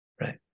Right